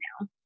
now